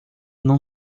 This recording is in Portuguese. não